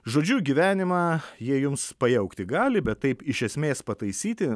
žodžiu gyvenimą jie jums pajaukti gali bet taip iš esmės pataisyti